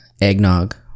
eggnog